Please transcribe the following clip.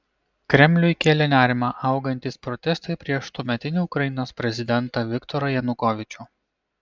kremliui kėlė nerimą augantys protestai prieš tuometinį ukrainos prezidentą viktorą janukovyčių